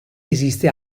esiste